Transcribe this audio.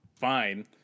fine